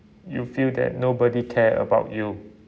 you feel that nobody care about you